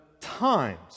times